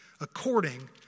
according